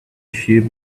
ship